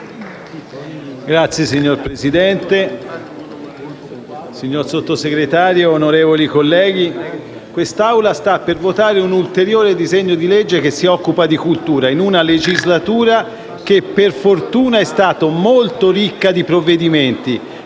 *(PD)*. Signor Presidente, signor Sottosegretario, onorevoli colleghi, quest'Assemblea sta per votare un disegno di legge che si occupa di cultura in una legislatura che, per fortuna, è stata molto ricca di provvedimenti